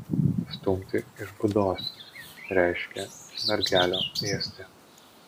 stumti iš būdos reiškė mergelio ėsti